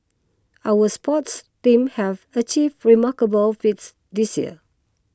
our sports teams have achieved remarkable feats this year